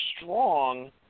strong